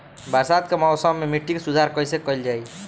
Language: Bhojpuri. बरसात के मौसम में मिट्टी के सुधार कइसे कइल जाई?